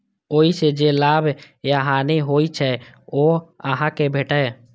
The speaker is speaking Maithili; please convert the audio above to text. ओइ सं जे लाभ या हानि होइ छै, ओ अहां कें भेटैए